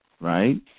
Right